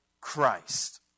Christ